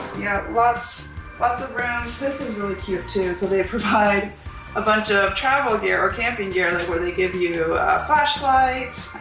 yeah lots lots of room. this is really cute too. so they provide a bunch of travel gear or camping gear where they give you a flashlight,